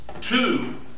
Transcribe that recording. two